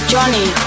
Johnny